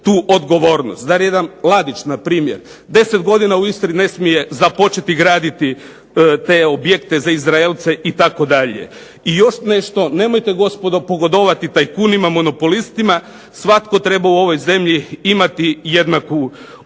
tu odgovornost. Zar jedan Vladić npr. 10 godina u Istri ne smije započeti graditi te objekte za Izraelce itd. I još nešto, nemojte gospodo pogodovati tajkunima, monopolistima, svatko treba u ovoj zemlji imati jednaku šansu.